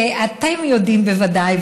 כי אתם יודעים בוודאי,